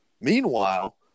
Meanwhile